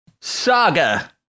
saga